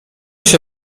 się